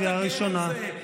קריאה ראשונה.